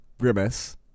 grimace